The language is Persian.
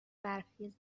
برفی